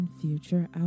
future